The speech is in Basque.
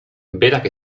berak